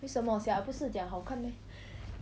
为什么 sia 不是讲好看 meh